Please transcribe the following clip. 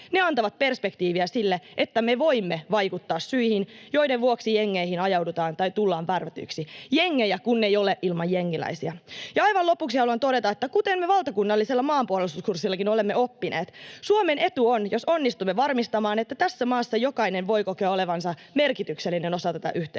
on, antavat perspektiiviä sille, että me voimme vaikuttaa syihin, joiden vuoksi jengeihin ajaudutaan tai tullaan värvätyiksi — jengejä kun ei ole ilman jengiläisiä. Ja aivan lopuksi haluan todeta, kuten me valtakunnallisella maanpuolustuskurssillakin olemme oppineet, että Suomen etu on, jos onnistumme varmistamaan, että tässä maassa jokainen voi kokea olevansa merkityksellinen osa tätä yhteiskuntaa.